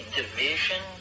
division